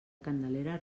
candelera